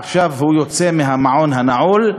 עכשיו הוא יוצא מהמעון הנעול,